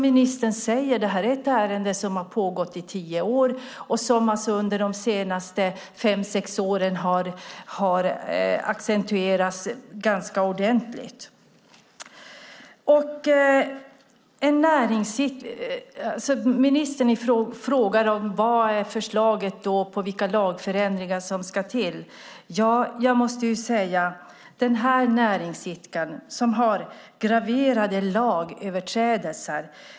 Ministern säger själv att ärendet har pågått i tio år och har accentuerats under de senaste fem sex åren. Ministern efterfrågar förslag till lagförändringar. Den här näringsidkaren har gjort sig skyldig till graverande lagöverträdelser.